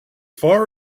far